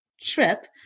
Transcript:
trip